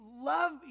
love